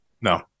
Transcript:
No